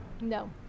No